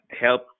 help